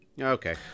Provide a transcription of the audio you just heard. Okay